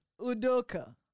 Udoka